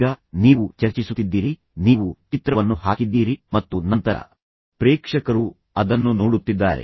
ಈಗ ನೀವು ಚರ್ಚಿಸುತ್ತಿದ್ದೀರಿ ನೀವು ಚಿತ್ರವನ್ನು ಅಥವಾ ನಕ್ಷೆಯನ್ನು ಅಥವಾ ಏನನ್ನಾದರೂ ಹಾಕಿದ್ದೀರಿ ಮತ್ತು ನಂತರ ಪ್ರೇಕ್ಷಕರು ಅದನ್ನು ನೋಡುತ್ತಿದ್ದಾರೆ